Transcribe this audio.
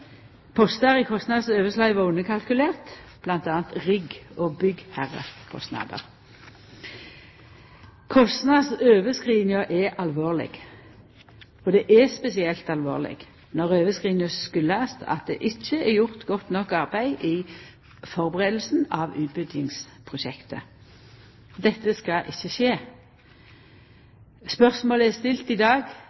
postar i kostnadsoverslaget var underkalkulerte, m.a. rigg- og byggherrekostnader. Kostnadsoverskridinga er alvorleg, og det er spesielt alvorleg når overskridinga kjem av at det ikkje er gjort godt nok arbeid i førebuinga av utbyggingsprosjektet. Dette skal ikkje skje!